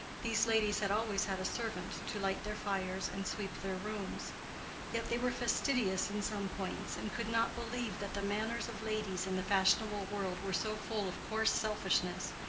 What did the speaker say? these ladies had always had a servant to light their fires and sweep their rooms yet they were fastidious in some points, and could not believe that the manners of ladies in the fashionable world were so full of coarse selfishness,